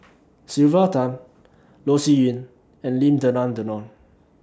Sylvia Tan Loh Sin Yun and Lim Denan Denon